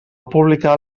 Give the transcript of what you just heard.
publicar